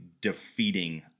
defeating